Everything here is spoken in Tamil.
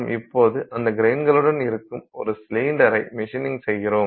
நாம் இப்போது இந்த கிரைன்களுக்குள் இருக்கும் ஒரு சிலிண்டரை மிஷினிங் செய்கிறோம்